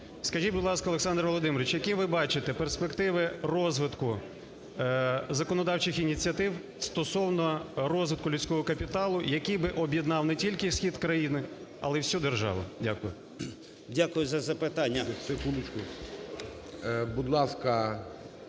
Скажіть, будь ласка, Олександр Володимирович, які ви бачите перспективи розвитку законодавчих ініціатив стосовно розвитку людського капіталу, який би об'єднав не тільки схід країни, але й всю державу? Дякую. 10:58:16 СПІВАКОВСЬКИЙ О.В. Дякую